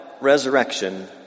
resurrection